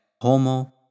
homo